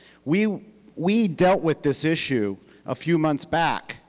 we we dealt with this issue a few months back,